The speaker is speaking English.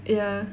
ya